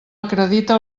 acredita